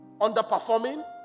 underperforming